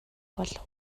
болов